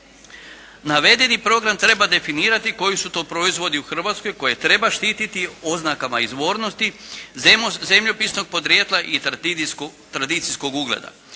Navedeni program treba definirati koji su to proizvodi u Hrvatskoj koje treba štiti oznakama izvornosti, zemljopisnog podrijetla i tradicijskog ugleda.